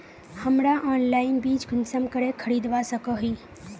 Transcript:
हमरा ऑनलाइन बीज कुंसम करे खरीदवा सको ही?